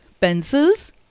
pencils